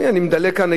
אני מדלג כאן,